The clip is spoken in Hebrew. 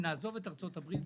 ונעזוב את ארצות הברית,